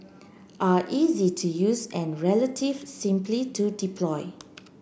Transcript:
are easy to use and relative simply to deploy